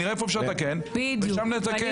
נראה איפה אפשר לתקן ושם נתקן.